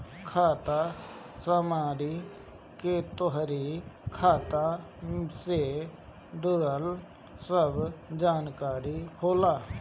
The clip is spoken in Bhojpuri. खाता समरी में तोहरी खाता के जुड़ल सब जानकारी होला